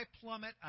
plummet